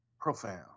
Profound